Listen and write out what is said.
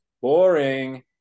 boring